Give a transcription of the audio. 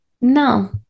No